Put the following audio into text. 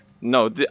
No